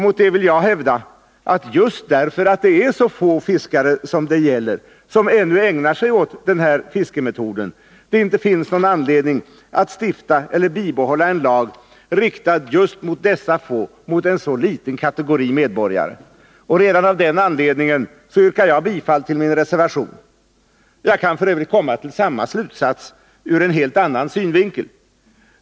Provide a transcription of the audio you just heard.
Mot det vill jag hävda, att just därför att det är så få fiskare som ännu ägnar sig åt denna fiskemetod, finns det inte någon anledning att stifta eller bibehålla en lag, riktad just mot dessa få, mot en så liten kategori medborgare. Redan av den anledningen yrkar jag bifall till min reservation. Jag kan f. ö. komma till samma slutsats ur en helt annan synvinkel.